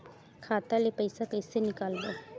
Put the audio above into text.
खाता ले पईसा कइसे निकालबो?